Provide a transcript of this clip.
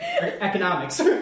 economics